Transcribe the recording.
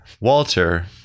Walter